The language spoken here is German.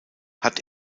hat